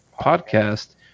podcast